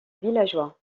villageois